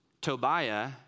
Tobiah